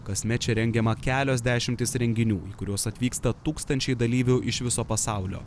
kasmet čia rengiama kelios dešimtys renginių į kuriuos atvyksta tūkstančiai dalyvių iš viso pasaulio